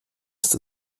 ist